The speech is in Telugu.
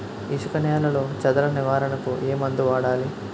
ఇసుక నేలలో చదల నివారణకు ఏ మందు వాడాలి?